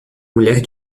mulher